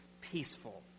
peaceful